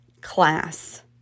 class